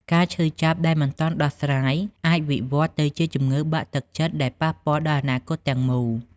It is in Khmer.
ការឈឺចាប់ដែលមិនទាន់ដោះស្រាយ អាចវិវត្តទៅជាជំងឺបាក់ទឹកចិត្ត ដែលប៉ះពាល់ដល់អនាគតទាំងមូល។